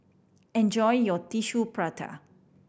enjoy your Tissue Prata